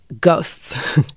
ghosts